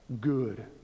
good